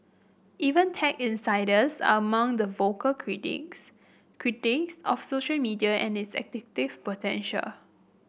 even tech insiders are among the vocal critics critics of social media and its addictive potential